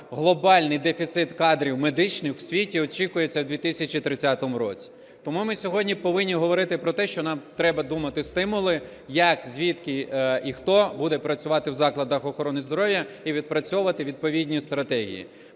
глобальний дефіцит кадрів медичних в світі очікується в 2030 році. Тому ми сьогодні повинні говорити про те, що нам треба думати стимули – як, звідки і хто буде працювати в закладах охорони здоров'я і відпрацьовувати відповідні стратегії.